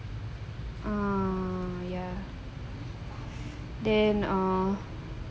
ah ya then err